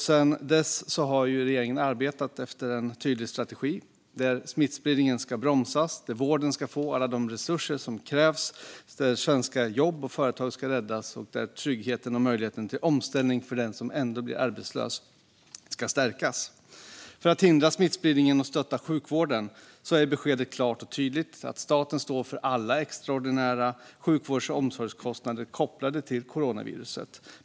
Sedan dess har regeringen arbetat efter en tydlig strategi där smittspridningen ska bromsas, där vården ska få alla de resurser som krävs, där svenska jobb och företag ska räddas och där tryggheten och möjligheten till omställning för den som ändå blir arbetslös ska stärkas. När det gäller att hindra smittspridningen och stötta sjukvården är beskedet klart och tydligt: Staten står för alla extraordinära sjukvårds och omsorgskostnader kopplade till coronaviruset.